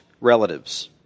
relatives